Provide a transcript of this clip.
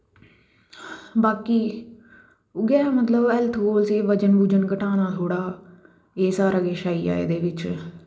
बाकी उऐ मतलव हैल्थ होऐ स्हेई बजन बुजन घटाना थोह्ड़ा एह् सारा किश आइया एह्दे बिच्च